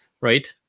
right